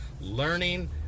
learning